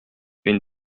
une